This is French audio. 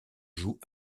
joue